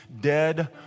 dead